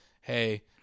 hey